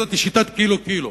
זאת שיטת "קילו-קילו",